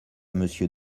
monsieur